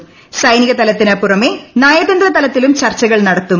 പ്ര സൈനിക തലത്തിനു പുറമേ നയതന്ത്ര തലത്തിലും ചർച്ചക്ട്ർ ന്ടത്തും